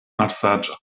malsaĝa